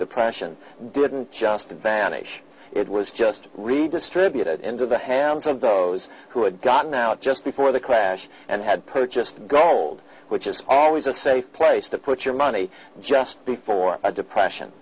depression didn't just vanish it was just redistributed into the hands of those who had gotten out just before the crash and had purchased gold which is always a safe place to put your money just before a depression